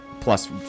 plus